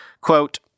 quote